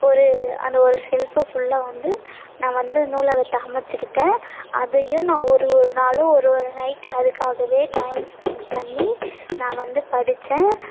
ஒரு அந்த ஒரு ஷெல்ஃபு ஃபுல்லாக வந்து நான் வந்து நூலகத்தை அமைச்சுக்கிட்டேன் அதையும் நான் ஒரு ஒரு நாளும் ஒரு ஒரு நைட்டும் அதுக்காகவே டைம் ஸ்பெண்ட் பண்ணி நான் வந்து படித்தேன்